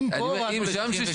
אם ועדה